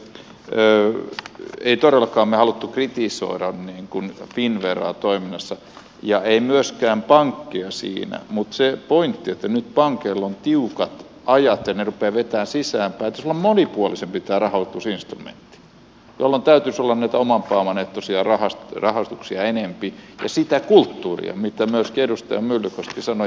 emme me todellakaan halunneet kritisoida finnveraa toiminnassa emmekä myöskään pankkeja siinä mutta se pointti on että nyt pankeilla on tiukat ajat ja ne rupeavat vetämään sisäänpäin joten pitäisi olla monipuolisempi tämän rahoitusinstrumentin jolloin täytyisi olla näitä oman pääoman ehtoisia rahoituksia enempi ja sitä kulttuuria mitä myöskin edustaja myllykoski sanoi